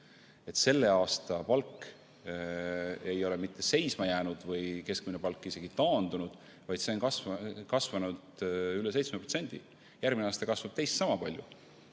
et sellel aastal palgakasv ei ole mitte seisma jäänud, keskmine palk ei ole isegi taandunud, vaid see on kasvanud üle 7%. Järgmine aasta kasvab teist samapalju.